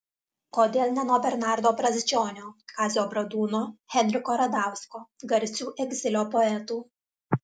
kodėl ne nuo bernardo brazdžionio kazio bradūno henriko radausko garsių egzilio poetų